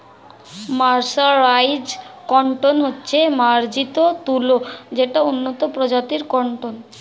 mercerised cotton হচ্ছে মার্জিত তুলো যেটা উন্নত প্রজাতির কটন